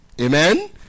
Amen